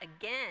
again